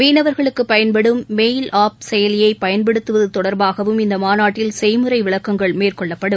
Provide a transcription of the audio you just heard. மீனவர்களுக்கு பயன்படும் mail app செயலியை பயன்படுத்தவது தொடர்பாகவும் இந்த மாநாட்டில் செய்முறை விளக்கங்கள் மேற்கொள்ளப்படும்